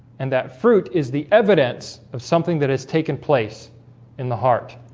and that fruit is the evidence of something that has taken place in the heart.